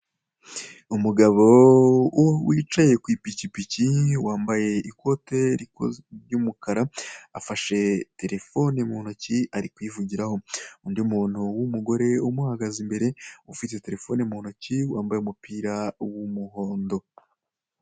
Umugabo wicaye ku ipikipiki wambaye ikote ry'umukara afashe telefone mu ntoki ari kuyivugiraho, undi muntu w'umugore umuhagaze imbere ufite telefone mu ntoki wambaye umupira w'umuhondo.